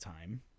time